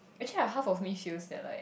actually I heard from Miss Chew that like